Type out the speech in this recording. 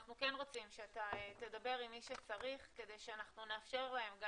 אנחנו כן רוצים שאתה תדבר עם מי שצריך כדי שאנחנו נאפשר להם גם,